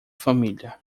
família